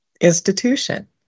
institution